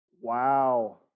wow